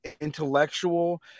intellectual